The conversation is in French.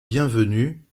bienvenu